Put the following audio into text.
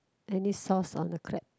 any sauce on the crab